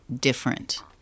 different